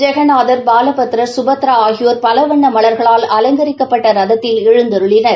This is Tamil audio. ஜெகநாதர் பாலபத்ரா கபத்ரா ஆகியோர் பல வண்ண மலர்களால் அலஙகரிக்கப்பட்ட ரதத்தில் எழுந்தருளினர்